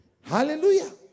Hallelujah